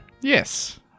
Yes